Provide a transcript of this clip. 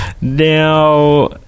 Now